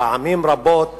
פעמים רבות